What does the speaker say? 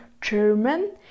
German